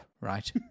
right